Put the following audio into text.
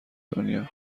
دنیا